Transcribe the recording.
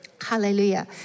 Hallelujah